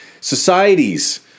Societies